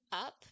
up